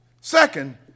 Second